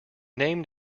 named